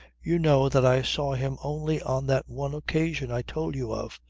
you know that i saw him only on that one occasion i told you of.